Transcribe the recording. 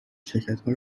شرکتها